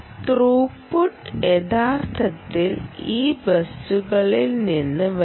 throughput യഥാർത്ഥത്തിൽ ഈ ബസ്സുകളിൽ നിന്ന് വരും